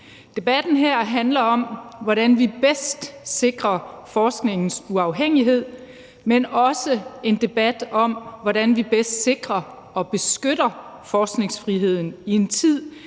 Debatten her handler om, hvordan vi bedst sikrer forskningens uafhængighed, men også, hvordan vi bedst sikrer og beskytter forskningsfriheden i en tid